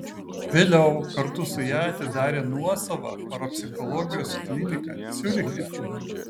vėliau kartu su ja atidarė nuosavą parapsichologijos kliniką ciuriche